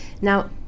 Now